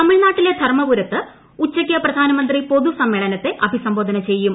തമിഴ്നാട്ടിലെ ധർമ്മപുരത്ത് ഉച്ചയ്ക്ക് പ്രധാനമന്ത്രി പൊതുസമ്മേളനത്തെ അഭിസംബോധന ചെയ്യും